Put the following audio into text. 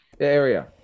area